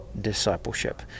discipleship